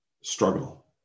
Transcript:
struggle